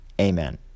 Amen